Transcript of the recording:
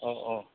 औ औ